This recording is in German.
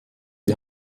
die